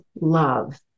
love